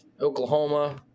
Oklahoma –